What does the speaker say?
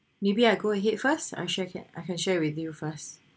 maybe I go ahead first I share can I can share with you first